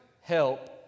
help